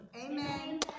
Amen